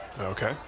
Okay